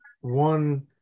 one